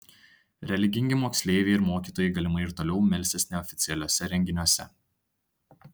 religingi moksleiviai ir mokytojai galimai ir toliau melsis neoficialiuose renginiuose